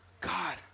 God